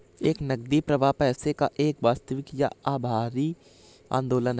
एक नकदी प्रवाह पैसे का एक वास्तविक या आभासी आंदोलन है